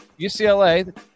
UCLA